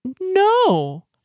No